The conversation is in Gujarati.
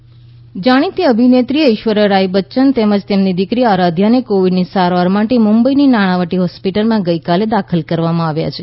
એશ્વર્યા રાય દાખલ જાણીતી અભિનેત્રી એશ્વર્યારાય બચ્યન તેમજ તેમની દીકરી આરાધ્યાને કોવીડની સારવાર માટે મુંબઇની નાણાવટી હોસ્પિટલમાં ગઇકાલે દાખલ કરવામાં આવ્યા છે